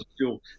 school